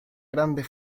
grande